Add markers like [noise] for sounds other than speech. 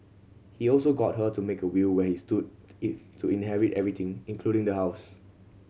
he also got her to make a will where he stood [unintelligible] to inherit everything including the house